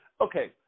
okay